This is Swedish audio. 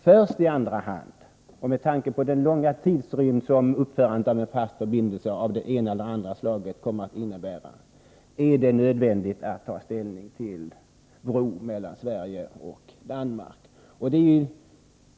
Först i andra hand — och med tanke på den långa tid som uppförandet av en fast förbindelse av det ena eller andra slaget tar — är det nödvändigt att ta ställning till en bro mellan Sverige och Danmark.